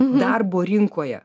darbo rinkoje